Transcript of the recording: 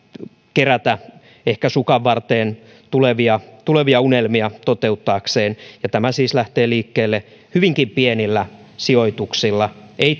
kerätä ehkä sukanvarteen tulevia tulevia unelmia toteuttaakseen tämä siis lähtee liikkeelle hyvinkin pienillä sijoituksilla ei